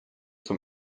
zum